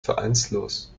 vereinslos